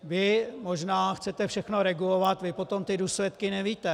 Vy možná chcete všechno regulovat, vy potom ty důsledky nevíte.